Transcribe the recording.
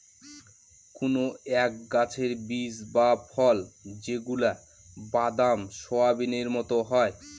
কোনো এক গাছের বীজ বা ফল যেগুলা বাদাম, সোয়াবিনের মতো হয়